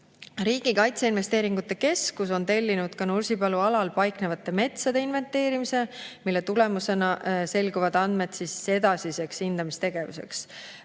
Riigi Kaitseinvesteeringute Keskus on ka tellinud Nursipalu alal paiknevate metsade inventeerimise, mille tulemusena selguvad andmed edasiseks hindamistegevuseks.